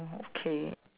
oh okay